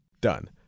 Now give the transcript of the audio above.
Done